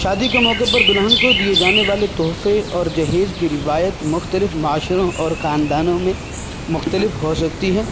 شادی کے موقع پر دلہن کو دیے جانے والے تحفے اور جہیز کی روایت مختلف معاشروں اور خاندانوں میں مختلف ہو سکتی ہیں